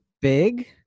big